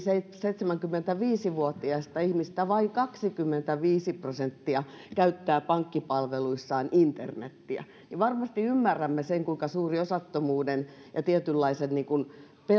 seitsemänkymmentäviisi vuotiaista ihmisistä vain kaksikymmentäviisi prosenttia käyttää pankkipalveluissaan internetiä ja varmasti ymmärrämme kuinka suuri osattomuuden ja